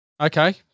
Okay